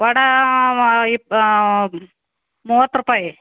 ವಡೆ ಇಪ್ ಮೂವತ್ತು ರೂಪಾಯಿ